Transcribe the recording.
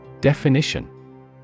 Definition